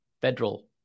federal